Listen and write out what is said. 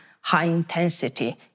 high-intensity